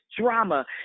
drama